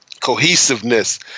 cohesiveness